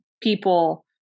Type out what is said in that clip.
people